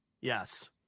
Yes